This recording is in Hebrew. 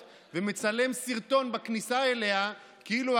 אם צריך היה להדגיש עד כמה הממשלה הזו פשוט כבר לא דמוקרטיה,